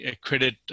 credit